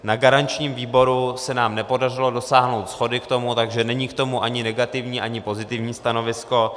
Na garančním výboru se nám nepodařilo dosáhnout shody k tomu, takže není k tomu ani negativní, ani pozitivní stanovisko.